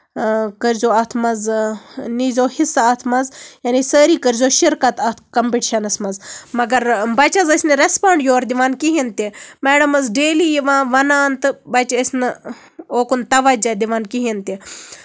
کٔرۍزیو اَتھ منٛز نیٖزیو حِصہٕ اَتھ منٛز یانے سٲری کٔرۍزیو شِرکَت اَتھ کَمپِٹشَنَس منٛز مَگر بَچہٕ حظ ٲسۍ نہٕ ریسپونڈ دِوان یورٕ کِہینۍ تہِ میڈَم ٲس ڈیلی یِوان وَنان تہٕ بَچہٕ ٲسۍ نہٕ اوکُن تَوَجہ دِوان کِہینۍ تہِ